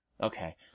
Okay